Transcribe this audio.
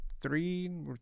three